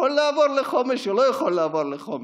לעבור לחומש או לא יכול לעבור לחומש?